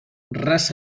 res